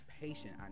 patient